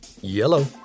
Yellow